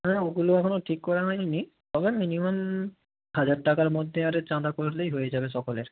হ্যাঁ ওগুলো এখনও ঠিক করা হয়নি তবে মিনিমাম হাজার টাকার মধ্যে আরে চাঁদা করলেই হয়ে যাবে সকলের